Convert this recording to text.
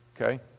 Okay